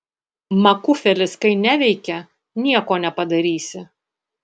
makufelis kai neveikia nieko nepadarysi